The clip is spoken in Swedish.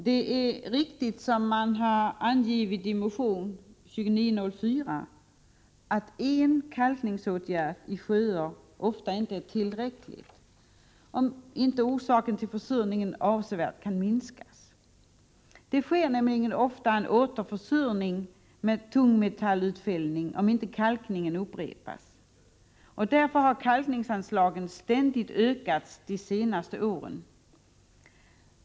Det är riktigt som det angivits i motion 2904 att en kalkningsåtgärd i sjöar ofta inte är tillräcklig, om inte orsaken till försurningen avsevärt kan minskas. Det sker nämligen ofta en återförsurning med tungmetallutfällning om inte kalkningen upprepas. Därför har kalkningsanslagen ständigt ökats de senaste åren.